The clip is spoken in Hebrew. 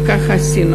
וכך עשינו.